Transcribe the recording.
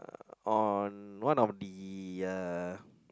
on one of the uh